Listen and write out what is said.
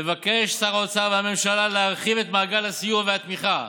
מבקש שר האוצר מהממשלה להרחיב את מעגל הסיוע והתמיכה.